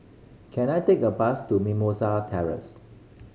can I take a bus to Mimosa Terrace